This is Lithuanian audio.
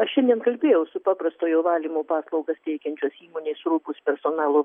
aš šiandien kalbėjau su paprastojo valymo paslaugas teikiančios įmonės rukus personalo